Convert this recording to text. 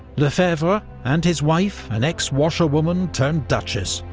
lefebvre and his wife, an ex-washerwoman turned duchess,